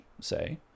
say